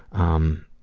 um,